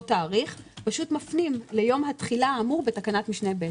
תאריך מפנים ליום התחילה האמור בתקנת משנה (ב).